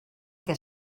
què